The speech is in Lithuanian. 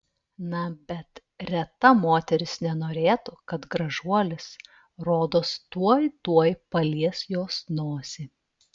na bet reta moteris nenorėtų kad gražuolis rodos tuoj tuoj palies jos nosį